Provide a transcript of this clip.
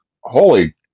Holy